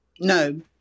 No